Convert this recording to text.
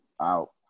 out